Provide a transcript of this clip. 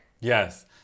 yes